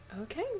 okay